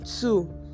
two